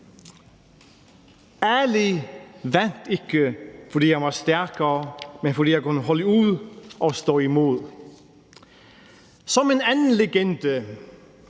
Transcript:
Ali vandt ikke, fordi han var stærkere, men fordi han kunne holde ud og stå imod. Som en anden legende,